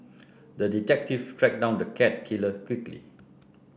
the detective tracked down the cat killer quickly